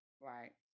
Right